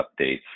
updates